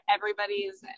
Everybody's